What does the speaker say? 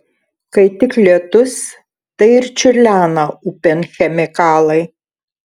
kai tik lietus tai ir čiurlena upėn chemikalai